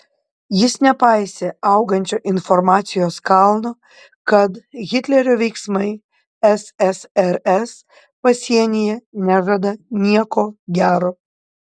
jis nepaisė augančio informacijos kalno kad hitlerio veiksmai ssrs pasienyje nežada nieko gero